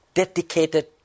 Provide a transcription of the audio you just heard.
dedicated